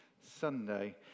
Sunday